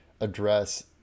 address